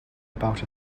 about